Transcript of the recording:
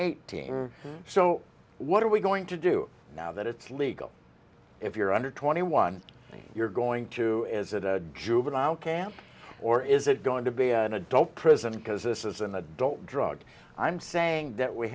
eighteen so what are we going to do now that it's legal if you're under twenty one and you're going to juvenile camp or is it going to be an adult prison because this is an adult drug i'm saying that we